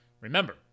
Remember